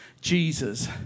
jesus